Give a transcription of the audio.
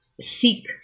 seek